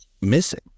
missing